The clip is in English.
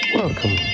welcome